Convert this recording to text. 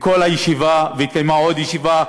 והתקיימה עוד ישיבה,